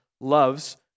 loves